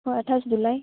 ᱦᱚᱸ ᱟᱴᱷᱟᱥ ᱡᱩᱞᱟᱭ